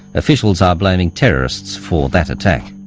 officials are blaming terrorists for that attack.